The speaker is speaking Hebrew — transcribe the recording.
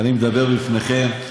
אני מדבר בפניכם,